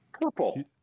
purple